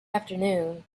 afternoon